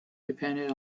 depended